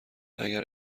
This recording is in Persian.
اگر